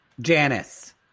Janice